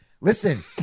listen